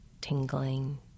tingling